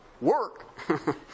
work